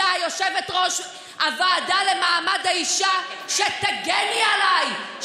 אני הייתי מצפה ממי שהייתה יושבת-ראש הוועדה למעמד האישה שתגני עליי,